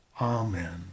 Amen